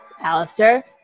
Alistair